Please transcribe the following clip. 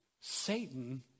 Satan